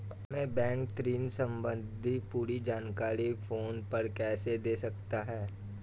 हमें बैंक ऋण संबंधी पूरी जानकारी फोन पर कैसे दे सकता है?